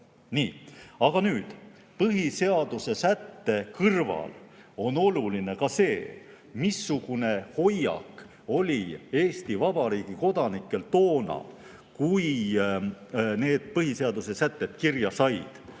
aga nüüd: põhiseaduse sätte kõrval on oluline ka see, missugune hoiak oli Eesti Vabariigi kodanikel toona, kui need põhiseaduse sätted kirja said.